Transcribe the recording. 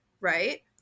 right